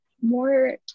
more